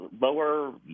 lower